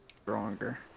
Stronger